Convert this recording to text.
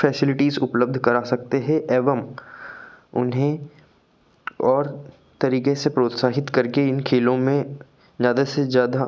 facilities उपलब्ध करा सकते हे एवं उन्हें और तरीक़े से प्रोत्साहित कर के इन खेलों में ज़्यादा से ज़्यादा